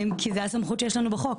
כי זה הסמכות שיש לנו בחוק,